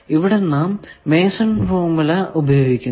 ഇവിടെ നാം mason formula mason's formula പ്രയോഗിക്കുന്നു